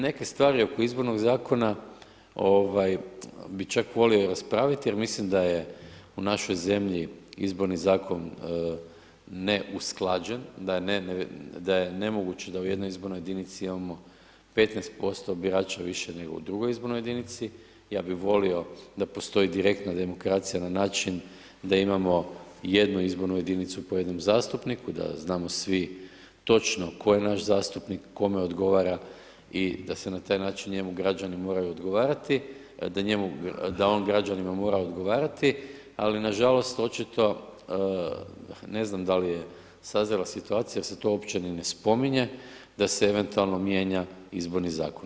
Neke stvari oko izbornog zakona ovaj bi čak volio raspraviti jer mislim da je u našoj zemlji izborni zakon neusklađen, da je nemoguće da u jednoj izbornoj jedinici imamo 15% više nego u drugoj izbornoj jedinici, ja bi volio da postoji direktna demokracija na način da imamo jednu izbornu jedinicu po jednom zastupniku, da znamo svi točno tko je naš zastupnik, kome odgovara i da se na taj način njemu građani moraju odgovarati, da njemu, da on građanima mora odgovarati ali nažalost očito ne znam da li je sazrela situacija jer se to opće ni ne spominje da se eventualno mijenja izborni zakon.